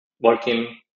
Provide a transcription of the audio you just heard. working